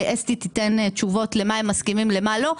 ואסתי תיתן תשובות עם מה הם מסכימים ועם מה הם לא מסכימים,